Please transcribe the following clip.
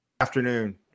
afternoon